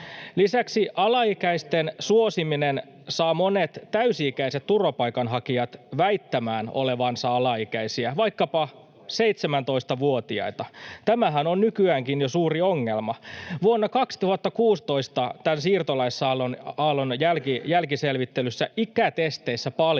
Lisäksi alaikäisten suosiminen saa monet täysi-ikäiset turvapaikanhakijat väittämään olevansa alaikäisiä, vaikkapa 17-vuotiaita. Tämähän on nykyäänkin jo suuri ongelma. Vuonna 2016 tämän siirtolaisaallon jälkiselvittelyssä paljastui,